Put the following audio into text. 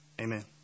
Amen